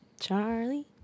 Charlie